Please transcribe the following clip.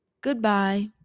goodbye